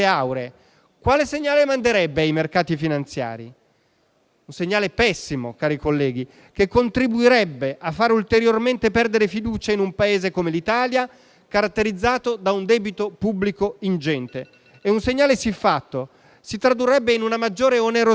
quale segnale manderebbe ai mercati finanziari? Un segnale pessimo, cari colleghi, che contribuirebbe a far ulteriormente perdere fiducia in un Paese come l'Italia, caratterizzato da un debito pubblico ingente. E un segnale siffatto si tradurrebbe in una maggiore onerosità